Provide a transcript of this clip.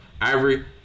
Ivory